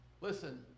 Listen